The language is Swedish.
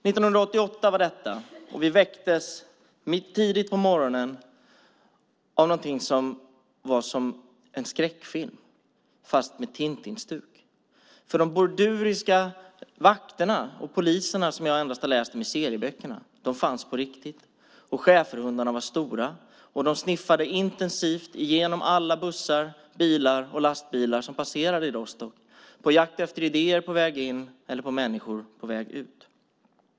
Detta var 1988, och vi väcktes tidigt på morgonen av något som var som en skräckfilm fast med Tintin-stuk. De borduriska vakter och poliser som jag endast hade läst om i serieböckerna fanns nämligen på riktigt. Schäferhundarna var stora, och de sniffade intensivt igenom alla bussar, bilar och lastbilar som passerade Rostock på jakt efter idéer på väg in eller människor på väg ut.